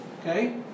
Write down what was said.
Okay